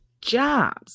jobs